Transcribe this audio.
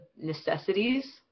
necessities